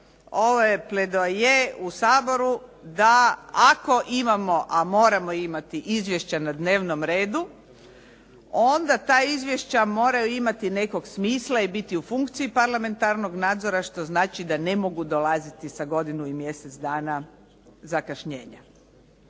ovo je pledoaje u Saboru da ako imamo, a moramo imati izvješća na dnevnom redu, onda ta izvješća moraju imati nekog smisla i biti u funkciji parlamentarnog nadzora, što znači da ne mogu dolaziti sa godinu i mjesec dana zakašnjenja.